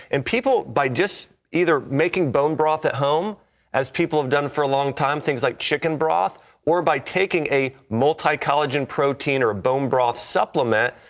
and people, by just either making boned broth at home as people have done for a long time, things like chicken broth or by taking a multi-collagen protein or bone broth supplement,